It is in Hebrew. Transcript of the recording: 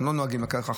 אנחנו לא נוהגים לקחת,